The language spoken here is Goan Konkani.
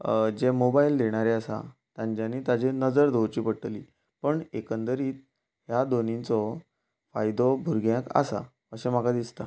जे मोबायल देणारे आसा तांच्यांनी ताजेर नजर दवरची पडटली पण एकंदरीत ह्या दोनिंचो फायदो भुरग्याक आसा अशें म्हाका दिसता